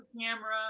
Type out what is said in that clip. camera